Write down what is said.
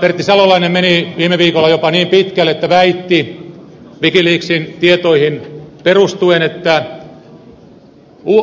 pertti salolainen meni viime viikolla jopa niin pitkälle että väitti wikileaksin tietoihin perustuen että